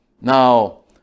Now